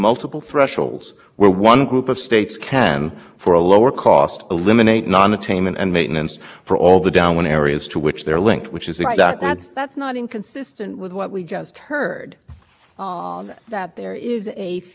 but then when they got to section two c they said we recognize that uniform cost thresholds does leave open the possibility that there will be over control and that's to be address and as applied challenges and i think what's going on here is that you know the court determined